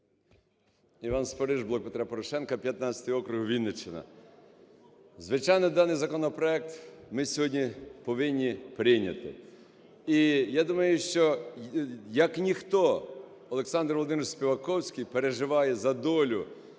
Іван Спориш, "Блок Петра Порошенка", 15 округ, Вінниччина. Звичайно, даний законопроект ми сьогодні повинні прийняти. І я думаю, що як ніхто Олександр Володимирович Співаковський переживає за долю,